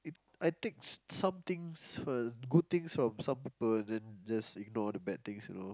I think some things first good things form some people then ignore the bad things you know